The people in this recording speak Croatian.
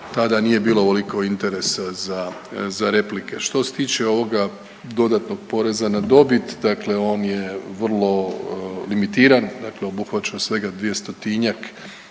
tada nije bilo ovoliko interesa za replike. Što se tiče ovog dodatnog poreza na dobit, dakle on je vrlo limitiran dakle obuhvaća svega 200-njak